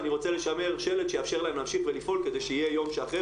אני רוצה לשמר שלד שיאפשר להם להמשיך ולפעול כדי שיהיה יום שאחרי,